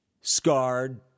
scarred